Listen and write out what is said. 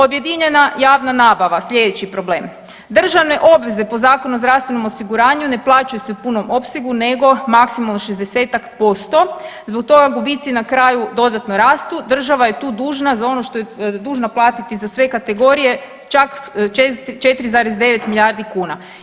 Objedinjena javna nabava slijedeći problem, državne obveze po Zakonu u zdravstvenom osiguranju ne plaćaju se u punom opsegu nego maksimum 60-tak posto zbog toga gubici na kraju dodatno rastu, država je tu dužna za ono što je dužna platiti za sve kategorije čak 4,9 milijardi kuna.